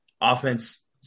offense